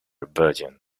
version